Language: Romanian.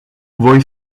voi